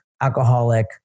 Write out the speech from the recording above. alcoholic